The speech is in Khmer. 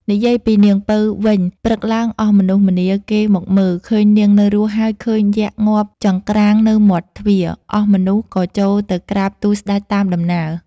និយាយពី នាងពៅវិញ ព្រឹកឡើងអស់មនុស្សម្នាគេមកមើល ឃើញនាងនៅរស់ ហើយឃើញយក្ខងាប់ចង្គ្រាងនៅមាត់ទ្វារ អស់មនុស្ស ក៏ចូលទៅក្រាបទូលស្តេចតាមដំណើរ។